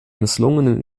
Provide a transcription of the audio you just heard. misslungenen